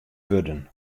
wurden